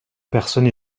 personnes